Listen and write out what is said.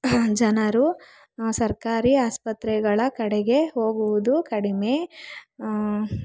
ಜನರು ಸರ್ಕಾರಿ ಆಸ್ಪತ್ರೆಗಳ ಕಡೆಗೆ ಹೋಗುವುದು ಕಡಿಮೆ